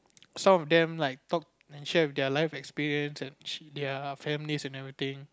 some of them like talk and share with their life experiences and their family and everything